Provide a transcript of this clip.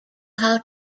how